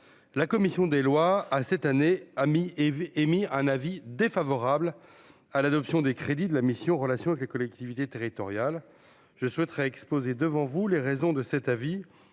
la commission des lois à cette année, et émis un avis défavorable à l'adoption des crédits de la mission Relations avec les collectivités territoriales,